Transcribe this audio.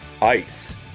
Ice